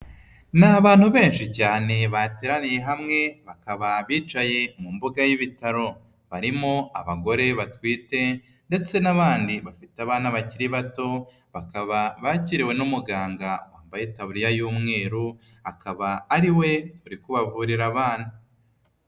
Ni abantu benshi cyane bateraniye hamwe bakaba abicaye mu mbuga y'ibitaro, barimo abagore batwite ndetse n'abandi bafite abana bakiri bato, bakaba bakiriwe n'umuganga wambaye itaburiya y'umweru akaba ariwe uri kubavurira abana.